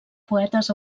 poetes